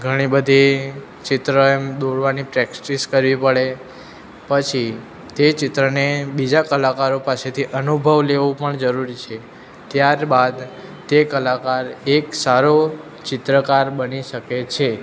ઘણી બધી ચિત્ર એમ દોરવાની પ્રેક્સટિસ કરવી પડે પછી તે ચિત્રને બીજા કલાકારો પાસેથી અનુભવ લેવો પણ જરૂરી છે ત્યારબાદ તે કલાકાર એક સારો ચિત્રકાર બની શકે છે